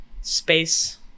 Space